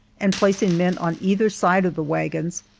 and placing men on either side of the wagons,